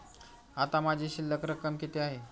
आता माझी शिल्लक रक्कम किती आहे?